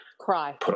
Cry